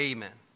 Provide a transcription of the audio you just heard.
Amen